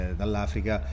dall'Africa